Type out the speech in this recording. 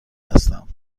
هستم